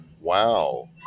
wow